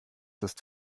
ist